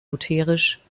lutherisch